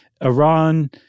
Iran